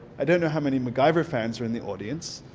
i don't how many macgyver fans are in the audience,